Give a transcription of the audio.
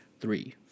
three